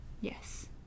Yes